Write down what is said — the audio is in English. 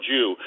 Jew